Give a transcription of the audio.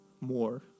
more